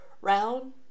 round